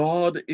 God